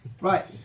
right